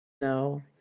no